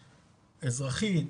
אזרחית,